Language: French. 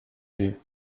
vue